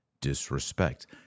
disrespect